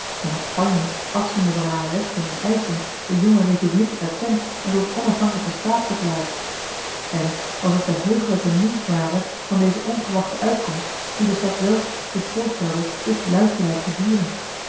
en had spanje afziende van hare rechten en eischen de jonge republiek erkend en tot onafhankelijken staat verklaard en was het de heuglijke nieuwsmare van deze ongewachte uitkomst die de stad delft zich voorstelde dus luisterrijk te vieren